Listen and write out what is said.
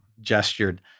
gestured